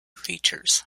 features